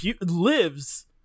lives